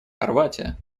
хорватия